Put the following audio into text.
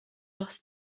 does